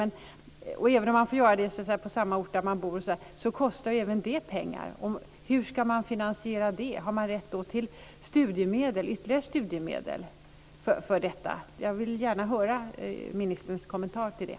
Men även om man får göra det på samma ort som man bor kostar det pengar. Hur ska man finansiera det? Har man rätt till ytterligare studiemedel för detta? Jag vill gärna höra ministerns kommentar till det.